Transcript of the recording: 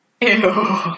Ew